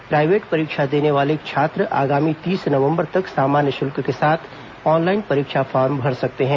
private परीक्षा देने वाले छात्र आगामी तीस नवंबर तक सामान्य शुल्क के साथ ऑनलाइन परीक्षा फॉर्म भर सकते हैं